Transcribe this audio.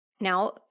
Now